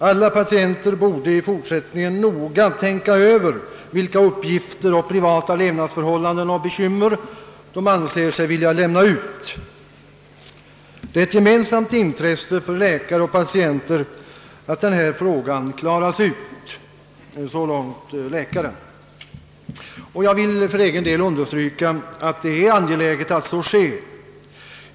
Alla patienter borde i fortsättningen noga tänka över, vilka uppgifter och privata levynadsförhållanden och bekymmer de anser sig vilja lämna ut. Det är ett gemensamt intresse för läkare och patiezter att den här frågan klaras ut.» För egen del vill jag understryka an gelägenheten härav.